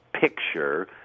picture